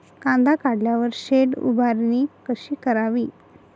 कांदा काढल्यावर शेड उभारणी कशी करावी?